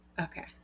okay